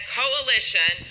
coalition